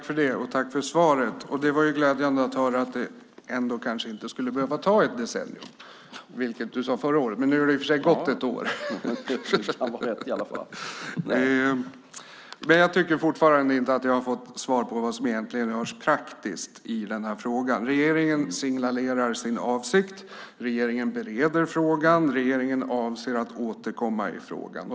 Fru talman! Tack för svaret! Det var glädjande att höra att det kanske ändå inte ska behöva ta ett decennium, som Carl Bildt sade förra året. Nu har det i och för sig gått ett år. Jag tycker dock fortfarande inte att jag har fått svar på vad som egentligen görs praktiskt i denna fråga. Regeringen signalerar sin avsikt, regeringen bereder frågan och regeringen avser att återkomma i frågan.